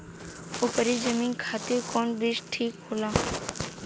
उपरी जमीन खातिर कौन बीज ठीक होला?